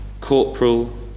Corporal